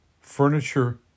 furniture